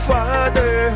Father